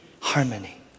harmony